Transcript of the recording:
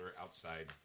outside